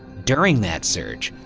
during that search,